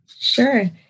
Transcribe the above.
sure